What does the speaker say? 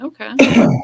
Okay